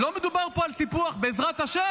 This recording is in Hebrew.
לא מדובר פה על קיפוח, בעזרת השם.